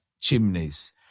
chimneys